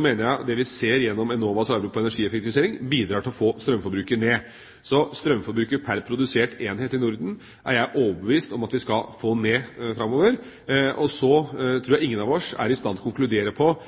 mener jeg det vi ser gjennom Enovas arbeid med energieffektivisering, bidrar til å få strømforbruket ned, slik at strømforbruket per produsert enhet i Norden er jeg overbevist om at vi skal få ned framover. Så tror jeg ingen av oss er i stand til å konkludere med hensyn til